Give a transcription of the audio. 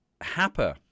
Happer